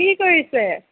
কি কৰিছে